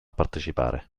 partecipare